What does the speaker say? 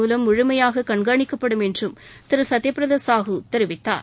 மூலம் முழுமையாககண்காணிக்கப்படும் என்றும் திருசத்யபிரதாசாஹூ தெரிவித்தார்